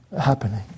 happening